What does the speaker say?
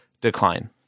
decline